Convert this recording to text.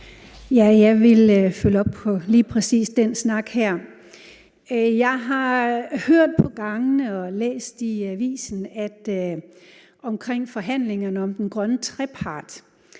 Jeg ville følge op på lige præcis den snak her. Jeg har hørt på gangene og læst i avisen, at der mangler en lille smule